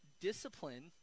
Discipline